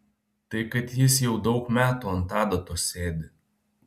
tai kad jis jau daug metų ant adatos sėdi